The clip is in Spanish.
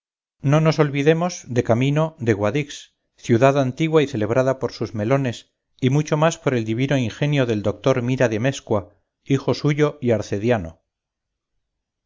no nos olvidemos de camino de guadix ciudad antigua y celebrada por sus melones y mucho más por el divino ingenio del doctor mira de mescua hijo suyo y